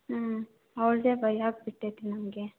ಹ್ಞೂ ಅವಳದೇ ಭಯ ಆಗ್ಬಿಟ್ಟೈತೆ ನಮಗೆ